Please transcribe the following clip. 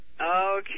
Okay